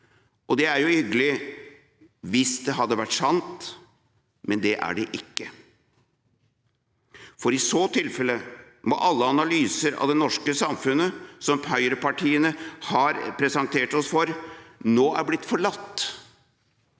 Det er jo hyggelig, hvis det hadde vært sant, men det er det ikke. For i så tilfelle må alle analyser av det norske samfunnet som høyrepartiene har presentert oss for, nå ha blitt forlatt